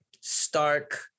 stark